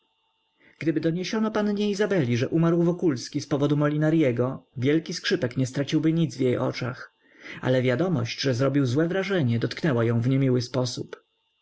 gdyby doniesiono pannie izabeli że umarł wokulski z powodu molinarego wielki skrzypek nie straciłby nic w jej oczach ale wiadomość że zrobił złe wrażenie dotknęła ją w niemiły sposób